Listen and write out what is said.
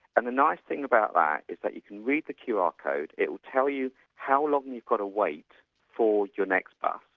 and the nice thing about that is that you can read the qr code, it will tell you how long you've got to wait for your next bus,